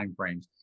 timeframes